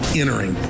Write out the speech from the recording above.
entering